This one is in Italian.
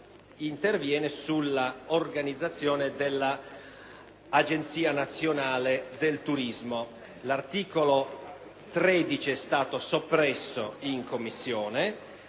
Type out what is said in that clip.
interviene sull'organizzazione dell'Agenzia nazionale del turismo. L'articolo 13 è stato soppresso dalle Commissioni.